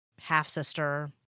half-sister